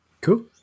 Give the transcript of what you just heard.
Cool